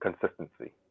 consistency